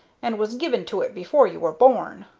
and was given to it before you were born.